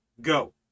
go